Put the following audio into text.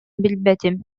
билбэтим